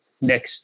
next